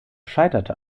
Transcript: scheiterte